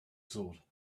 sword